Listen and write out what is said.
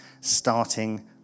starting